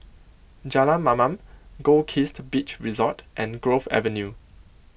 Jalan Mamam Goldkist Beach Resort and Grove Avenue